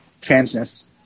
transness